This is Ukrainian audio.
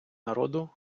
народу